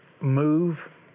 move